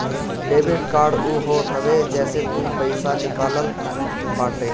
debit card उ होत हवे जेसे तू पईसा निकालत बाटअ